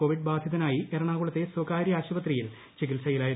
Covid ബാധിതനായി എറണാകുളത്ത് ആശുപത്രിയിൽ ചികിത്സയിലായിരുന്നു